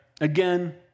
Again